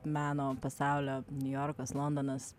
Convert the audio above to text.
meno pasaulio niujorkas londonas